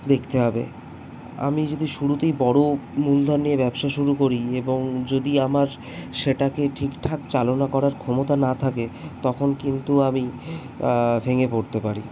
দেখতে হবে আমি যদি শুরুতেই বড়ো মূলধন নিয়ে ব্যবসা শুরু করি এবং যদি আমার সেটাকে ঠিকঠাক চালনা করার ক্ষমতা না থাকে তখন কিন্তু আমি ভেঙ্গে পড়তে পারি